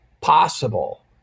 possible